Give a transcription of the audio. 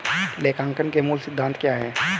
लेखांकन के मूल सिद्धांत क्या हैं?